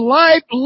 life